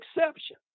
exception